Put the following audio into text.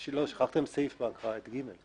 שכחתם בהקראה את סעיף (ג),